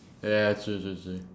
ya ya true true true